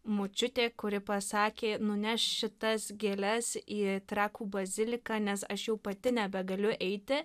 močiutė kuri pasakė nuneš šitas gėles į trakų baziliką nes aš jau pati nebegaliu eiti